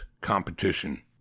competition